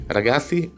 Ragazzi